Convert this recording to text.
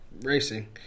racing